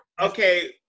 Okay